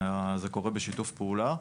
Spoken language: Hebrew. אלא זה קורה בשיתוף פעולה.